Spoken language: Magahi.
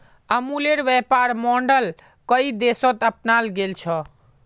अमूलेर व्यापर मॉडल कई देशत अपनाल गेल छ